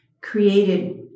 created